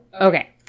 okay